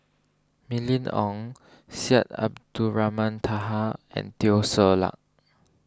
Mylene Ong Syed Abdulrahman Taha and Teo Ser Luck